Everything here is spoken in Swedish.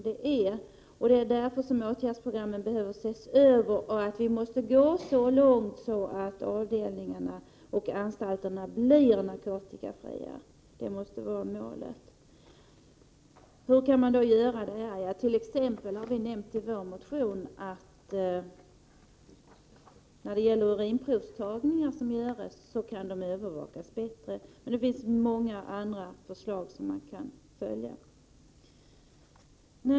Det är därför åtgärdsprogrammen måste ses över. Vi måste gå så långt att avdelningarna och anstalterna blir narkotikafria. Det måste vara målet. Hur kan man åstadkomma detta? I vår motion har vi som exempel nämnt att urinprovstagningarna kan övervakas bättre. Det finns många andra förslag som man kan följa.